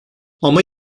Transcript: ama